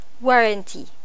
Warranty